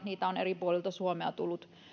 niitä on eri puolilta suomea tullut